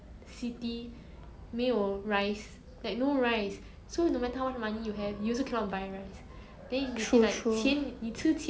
true true mm okay okay I get it I get it agree agree